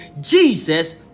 jesus